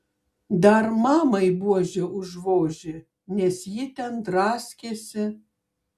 dar mamai buože užvožė nes ji ten draskėsi